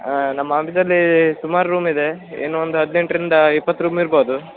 ಹಾಂ ನಮ್ಮ ಆಫೀಸಲ್ಲಿ ಸುಮಾರು ರೂಮ್ ಇದೆ ಇನ್ನೊಂದು ಹದಿನೆಂಟರಿಂದಾ ಇಪ್ಪತ್ತು ರೂಮ್ ಇರ್ಬೋದು